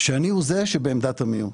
שאני הוא זה שבעמדת המיעוט.